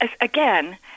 again